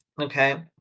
okay